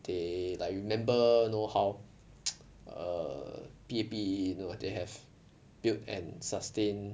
they like you remember know how err P_A_P you know they have built and sustained